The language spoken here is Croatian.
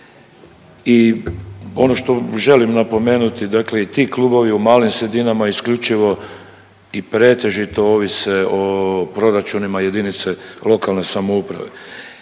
I ono što želim napomenuti, dakle i ti klubovi u malim sredinama isključivo i pretežito ovise o proračunima JLS. Kako ćete